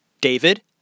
David